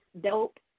Dope